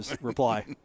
reply